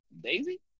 Daisy